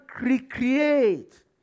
recreate